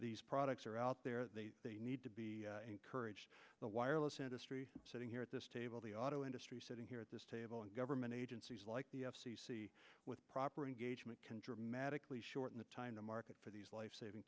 these products are out there they need to be encouraged the wireless industry sitting here at this table the auto industry sitting here at this table and government agencies like the f c c with proper engagement can dramatically shorten the time to market for these life saving